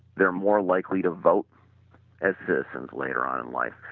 they are more likely to vote as citizens later on in life.